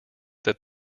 that